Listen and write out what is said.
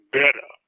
better